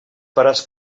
faràs